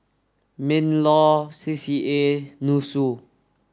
MINLAW C C A and NUSSU